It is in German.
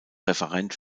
referent